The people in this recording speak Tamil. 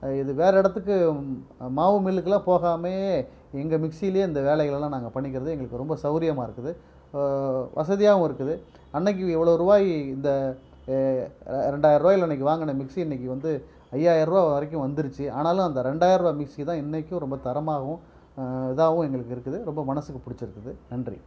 இது வேறே இடத்துக்கு மாவு மில்லுக்கெலாம் போகாமயே எங்கள் மிக்ஸியிலே இந்த வேலைகளெல்லாம் நாங்க பண்ணிக்கிறது எங்களுக்கு ரொம்ப சௌரியமாக இருக்குது வசதியாகவும் இருக்குது அன்றைக்கி இவ்வளோ ருபாய் இந்த ரெ ரெண்டாயிரருபாயில அன்றைக்கி வாங்கின மிக்ஸி இன்றைக்கி வந்து ஐயாயிரருபா வரைக்கும் வந்துடுச்சி ஆனாலும் அந்த ரெண்டாயிரருபா மிக்ஸி தான் இன்றைக்கும் ரொம்ப தரமாகவும் இதாகவும் எங்களுக்கு இருக்குது ரொம்ப மனசுக்கு பிடிச்சிருக்குது நன்றி